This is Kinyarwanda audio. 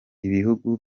ibihugu